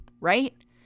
right